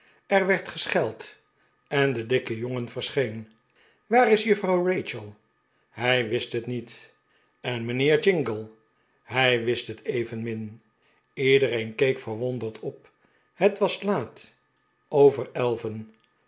er werd gescheld en de dikke jongen verscheen waar is juffrouw rachel hij wist het niet en mijnheer jingle hij wist het evenmin ledereen keek verwonderd op het was laat over elven